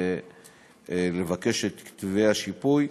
לבקש את כתבי השיפוי.